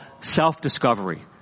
self-discovery